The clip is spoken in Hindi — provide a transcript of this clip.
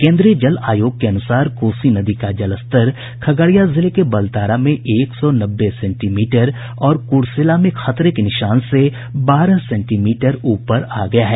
केन्द्रीय जल आयोग के अनुसार कोसी नदी का जलस्तर खगड़िया जिले के बलतारा में एक सौ नब्बे सेंटीमीटर और कुर्सेला में खतरे के निशान से बारह सेंटीमीटर ऊपर आ गया है